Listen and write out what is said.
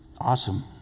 awesome